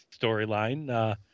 Storyline